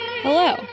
Hello